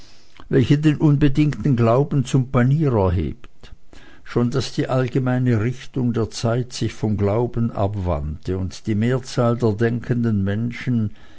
welche den unbedingten glauben zum panier erhebt schon daß die allgemeine richtung der zeit sich vom glauben abwandte und die mehrzahl der denkenden menschen